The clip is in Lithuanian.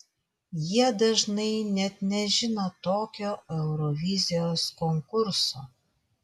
jie dažnai net nežino tokio eurovizijos konkurso